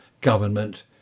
government